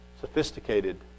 sophisticated